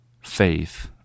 faith